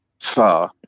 far